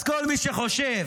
כל מי שחושב,